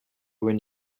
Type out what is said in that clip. when